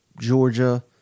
Georgia